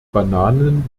bananen